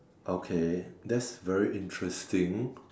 okay that's very interesting